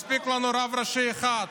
מספיק לנו רב ראשי אחד.